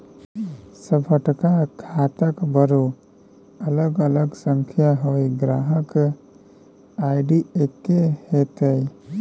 सभटा खाताक बरू अलग अलग संख्या होए ग्राहक आई.डी एक्के हेतै